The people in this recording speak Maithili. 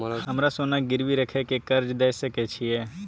हमरा सोना गिरवी रखय के कर्ज दै सकै छिए?